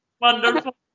Wonderful